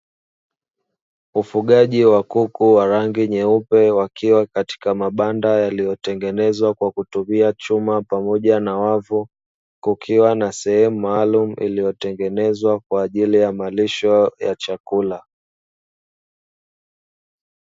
Ufugaji wa kuku wa rangi nyeupe wakiwa katika mabanda yaliyotengenezwa kwa kutumia chuma pamoja na wavu, kukiwa na sehemu maalumu iliyotengenezwa kwa ajili ya malisho ya chakula.